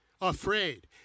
afraid